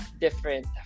different